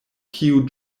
kiu